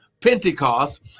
Pentecost